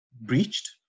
breached